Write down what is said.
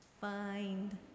Find